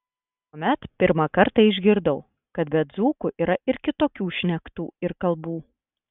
tuomet pirmą kartą išgirdau kad be dzūkų yra ir kitokių šnektų ir kalbų